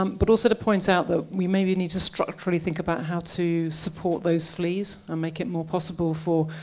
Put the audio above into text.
um but also to point out that we maybe need to structurally think about how to support those flees or make it more possible for,